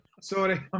Sorry